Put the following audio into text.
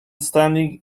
standing